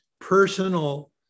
personal